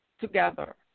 together